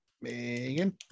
Megan